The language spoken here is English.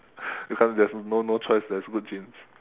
you can't there's no no choice there's good genes